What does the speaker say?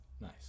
Nice